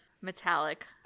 Metallic